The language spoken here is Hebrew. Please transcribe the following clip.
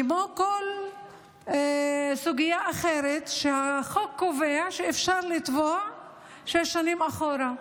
כמו כל סוגיה אחרת שהחוק קובע שאפשר לתבוע שש שנים אחורה.